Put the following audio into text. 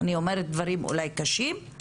אני אומרת דברים אולי קשים,